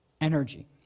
energy